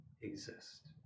exist